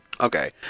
Okay